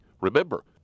Remember